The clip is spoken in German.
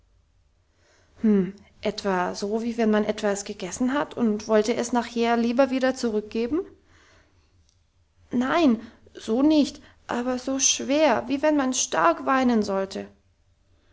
etwa so wie wenn man etwas gegessen hat und wollte es nachher lieber wieder zurückgeben nein so nicht aber so schwer wie wenn man stark weinen sollte